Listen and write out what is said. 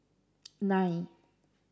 nine